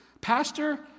Pastor